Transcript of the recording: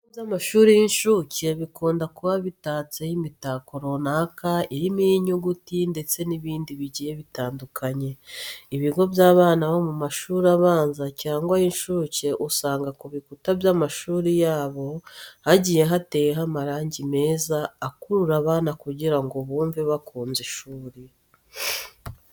Ibigo by'amashuri y'inshuke bikunda kuba bitatseho imitako runaka irimo iy'inyuguti ndetse n'ibindi bigiye bitandukanye. Ibigo by'abana bo mu mashuri abanza cyangwa inshuke usanga ku bikuta by'amashuri yabo hagiye hateyeho amarangi meza akurura abana kugira ngo bumve bakunze ishuri.